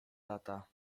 lata